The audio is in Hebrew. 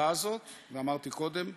החקירה הזאת, ואמרתי קודם: